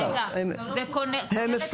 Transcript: הם מפוקחים.